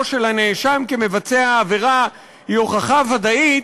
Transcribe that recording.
של הנאשם כמבצע העבירה היא הוכחה ודאית,